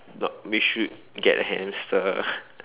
but we should get a hamster